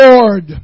Lord